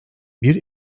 bir